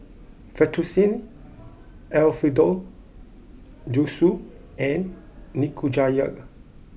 Fettuccine Alfredo Zosui and Nikujaga